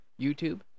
YouTube